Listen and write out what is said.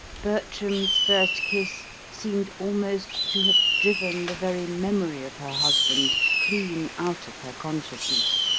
bertram's first kiss seemed almost to have driven the very memory of her husband clean out of her consciousness.